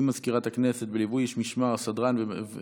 מזכירת הכנסת, בליווי איש משמר וסדרן,